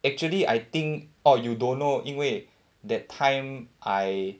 actually I think orh you don't know 因为 that time I